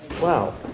Wow